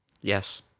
Yes